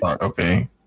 Okay